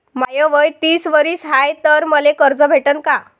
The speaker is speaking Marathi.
माय वय तीस वरीस हाय तर मले कर्ज भेटन का?